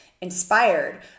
inspired